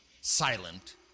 silent